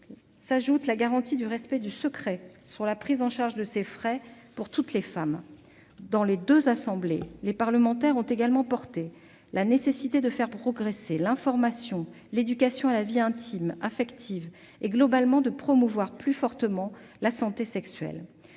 s'ajoute la garantie du respect du secret quant à la prise en charge de ces frais pour toutes les femmes. Dans les deux assemblées, les parlementaires ont également souligné la nécessité de faire progresser l'information et l'éducation à la vie intime et affective, et globalement de promouvoir plus fortement la santé sexuelle.